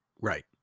Right